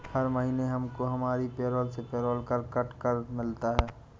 हर महीने हमको हमारी पेरोल से पेरोल कर कट कर मिलता है